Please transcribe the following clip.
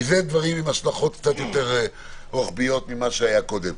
הדבר צריך להיות אפשרי.